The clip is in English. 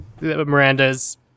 Miranda's